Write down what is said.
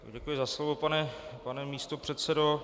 Děkuji za slovo, pane místopředsedo.